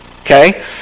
Okay